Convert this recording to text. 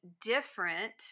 different